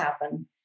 happen